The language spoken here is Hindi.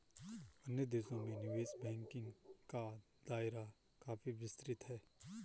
अन्य देशों में निवेश बैंकिंग का दायरा काफी विस्तृत है